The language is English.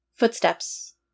Footsteps